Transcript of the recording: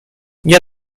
nie